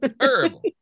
Terrible